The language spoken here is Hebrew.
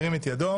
ירים את ידו.